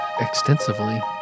extensively